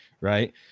right